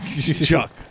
Chuck